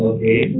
Okay